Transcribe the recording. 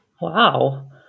Wow